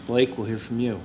blake will hear from you